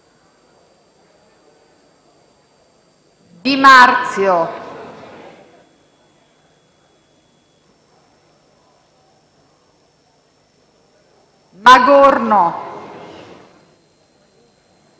Di Marzio, Magorno,